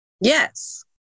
Yes